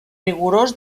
rigorós